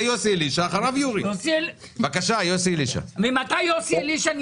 עכשיו יוסי אלישע,